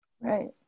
Right